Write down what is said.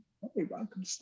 Welcome